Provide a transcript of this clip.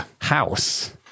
house